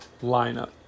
lineup